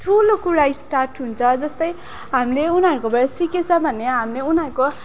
ठुलो कुरा स्टार्ट हुन्छ जस्तै हामीले उनीहरूकोबाट सिकेछ भने हामीले उनीहरूको